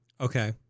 Okay